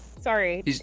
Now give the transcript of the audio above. Sorry